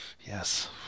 yes